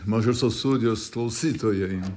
mažosios studijos klausytojai